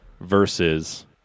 versus